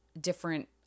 different